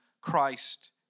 Christ